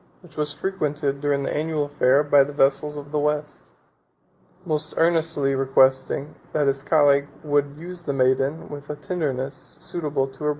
which was frequented, during the annual fair, by the vessels of the west most earnestly requesting, that his colleague would use the maiden with a tenderness suitable to